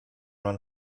man